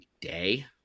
Day